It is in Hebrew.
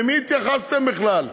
למי התייחסתם בכלל?